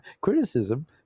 Criticism